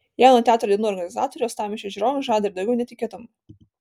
jauno teatro dienų organizatoriai uostamiesčio žiūrovams žada ir daugiau netikėtumų